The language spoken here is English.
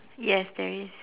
yes there is